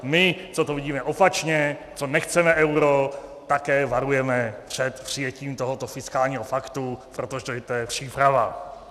My, co to vidíme opačně, co nechceme euro, také varujeme před přijetím tohoto fiskálního paktu, protože to je příprava.